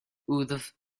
wddf